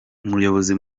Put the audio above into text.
umuyobozi